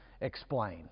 explain